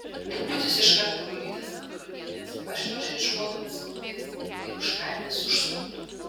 vaikutis iškart paguldytas ant krūtinės pašliaužė ieškodamas krūties ir užkandęs užsnūdo